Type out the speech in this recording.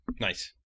Nice